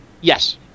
Yes